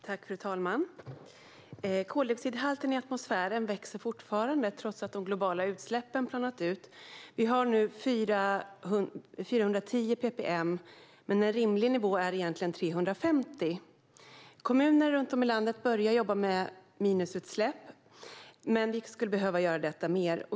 Fru talman! Koldioxidhalten i atmosfären växer fortfarande, trots att de globala utsläppen har planat ut. Vi har nu 410 ppm, men en rimlig nivå är egentligen 350 ppm. Kommuner runt om i landet börjar jobba med minusutsläpp, men vi skulle behöva göra detta mer.